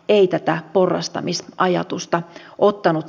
ei tätä porrastamisen ajatusta ottanut